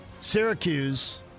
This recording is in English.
Syracuse